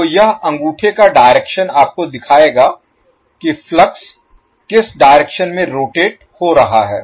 तो यह अंगूठे का डायरेक्शन आपको दिखायेगा कि फ्लक्स किस डायरेक्शन में रोटेट हो रहा है